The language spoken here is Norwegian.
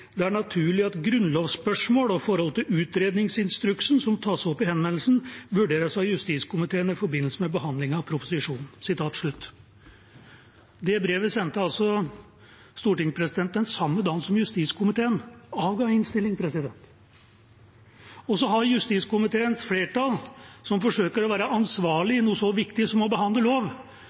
det er naturlig at grunnlovsspørsmål og forhold til utredningsinstruksen, som tas opp i henvendelsen, vurderes av justiskomiteen i forbindelse med behandlingen av proposisjonen. Det brevet sendte stortingspresidenten samme dag som justiskomiteen avga innstilling. Så har justiskomiteens flertall, som forsøker å være ansvarlig i noe så viktig som å behandle lov,